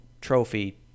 Trophy